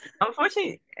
Unfortunately